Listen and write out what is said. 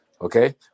okay